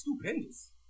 stupendous